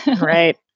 Right